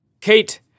Kate